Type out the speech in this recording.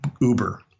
Uber